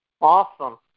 Awesome